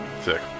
Sick